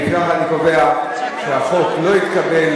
לפיכך אני קובע שהחוק לא התקבל.